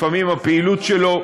לפעמים הפעילות שלו,